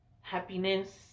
happiness